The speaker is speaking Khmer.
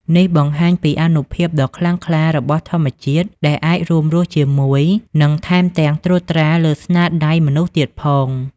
នេះបង្ហាញពី អានុភាពដ៏ខ្លាំងក្លារបស់ធម្មជាតិ ដែលអាចរួមរស់ជាមួយ និងថែមទាំងត្រួតត្រាលើស្នាដៃមនុស្សទៀតផង។